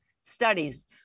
studies